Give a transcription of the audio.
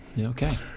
Okay